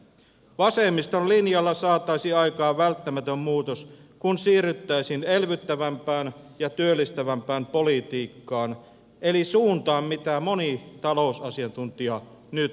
vasemmiston linjalla saataisiin aikaan välttämätön muutos kun siirryttäisiin elvyttävämpään ja työllistävämpään politiikkaan eli suuntaan mitä moni talousasiantuntija nyt suosittaa